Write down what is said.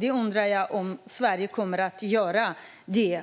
Jag undrar om Sverige kommer att göra det.